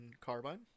Carbine